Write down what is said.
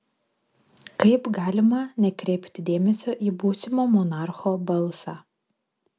kaip galima nekreipti dėmesio į būsimo monarcho balsą